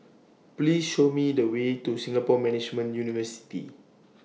Please Show Me The Way to Singapore Management University